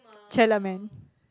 Charlemagne